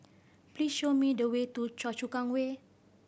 please show me the way to Choa Chu Kang Way